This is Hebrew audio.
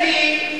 האמת היא,